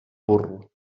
burro